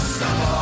Stop